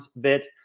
bit